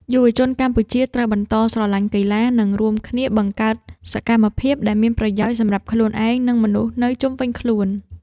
យុវជនកម្ពុជាត្រូវបន្តស្រឡាញ់កីឡា និងរួមគ្នាបង្កើតសកម្មភាពដែលមានប្រយោជន៍សម្រាប់ខ្លួនឯង និងមនុស្សនៅជុំវិញខ្លួន។